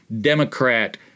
Democrat